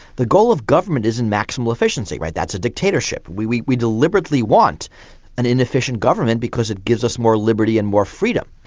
the goal of government isn't maximal efficiency, that's a dictatorship. we we deliberately want an inefficient government because it gives us more liberty and more freedom.